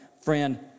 friend